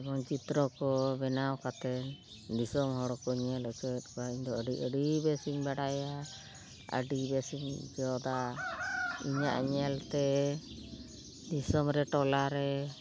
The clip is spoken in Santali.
ᱡᱮᱢᱚᱱ ᱪᱤᱛᱨᱚ ᱠᱚ ᱵᱮᱱᱟᱣ ᱠᱟᱛᱮ ᱫᱤᱥᱚᱢ ᱦᱚᱲ ᱠᱚ ᱧᱮᱞ ᱦᱚᱪᱚᱭᱮᱫ ᱠᱚᱣᱟ ᱤᱧᱫᱚ ᱟᱹᱰᱤ ᱟᱹᱰᱤ ᱵᱮᱥᱤᱧ ᱵᱟᱲᱟᱭᱟ ᱟᱹᱰᱤ ᱵᱮᱥᱤᱧ ᱡᱚᱫᱟ ᱤᱧᱟᱹᱜ ᱧᱮᱞᱛᱮ ᱫᱤᱥᱚᱢ ᱨᱮ ᱴᱚᱞᱟᱨᱮ